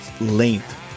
Length